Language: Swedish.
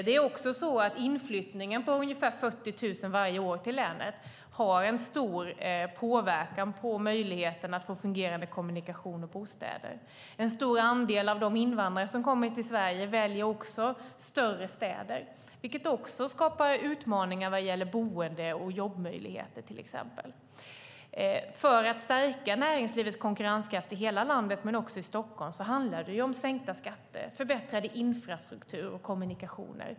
Det är också så att inflyttningen av ungefär 40 000 varje år till länet har en stor påverkan på möjligheten att få fungerande kommunikationer och bostäder. En stor andel av de invandrare som kommer till Sverige väljer större städer, vilket skapar utmaningar vad gäller boende och jobbmöjligheter, till exempel. När det gäller att stärka näringslivets konkurrenskraft i hela landet men också i Stockholm handlar det om sänkta skatter, förbättrad infrastruktur och kommunikationer.